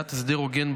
קביעת הסדר הוגן,